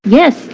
Yes